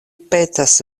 petas